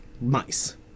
Mice